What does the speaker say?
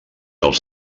als